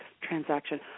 transaction